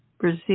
Brazil